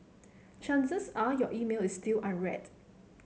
chances are your email is still unread